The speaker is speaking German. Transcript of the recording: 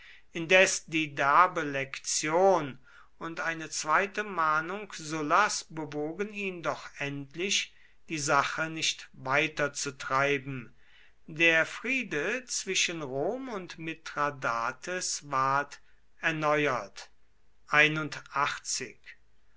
indes die derbe lektion und eine zweite mahnung sullas bewogen ihn doch endlich die sache nicht weiterzutreiben der friede zwischen rom und mithradates ward erneuert